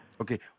Okay